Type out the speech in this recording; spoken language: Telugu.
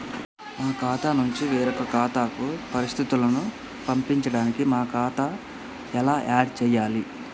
మా ఖాతా నుంచి వేరొక ఖాతాకు పరిస్థితులను పంపడానికి మా ఖాతా ఎలా ఆడ్ చేయాలి?